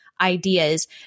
Ideas